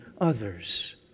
others